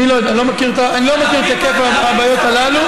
אני לא מכיר את היקף הבעיות הללו.